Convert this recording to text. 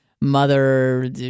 mother